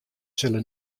sille